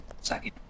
second